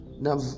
Now